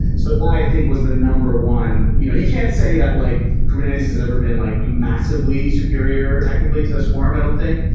so i think was the number one you know you can't say that like kubernetes has ever been like a massively superior technically to swarm, i don't think.